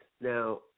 Now